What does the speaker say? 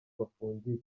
bafungiye